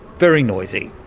very noisy.